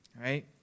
right